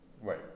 Right